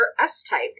S-type